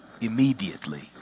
Immediately